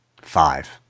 five